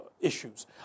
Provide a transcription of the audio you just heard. issues